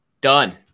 Done